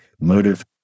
motive